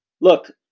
look